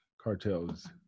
cartels